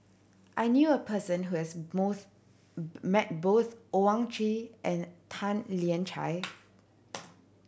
I knew a person who has met both Owyang Chi and Tan Lian Chye